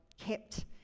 kept